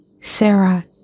Sarah